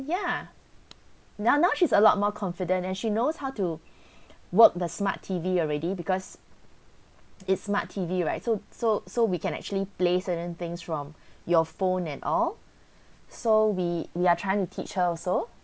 ya now now she's a lot more confident and she knows how to work the smart T_V already because it's smart T_V right so so so we can actually plays certain things from your phone and all so we we are trying to teach her also